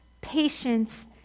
patience